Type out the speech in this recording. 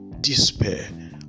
despair